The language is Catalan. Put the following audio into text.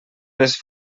les